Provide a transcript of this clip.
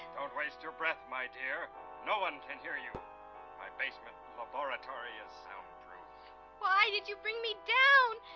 don't waste your breath my dear no one can hear you my basement laboratory is sound true why did you bring me down?